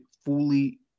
fully